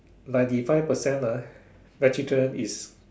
ninety five percent ah vegetarian is